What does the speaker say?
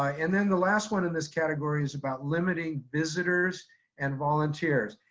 ah and then the last one in this category is about limiting visitors and volunteers.